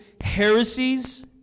heresies